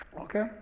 Okay